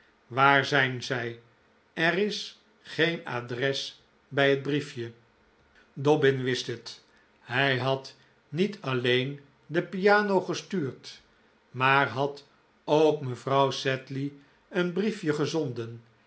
waar zijn zij er is geen adres bij het brief je dobbin wist het hij had niet alleen de piano gestuurd maar had ook mevrouw sedley een brief je gezonden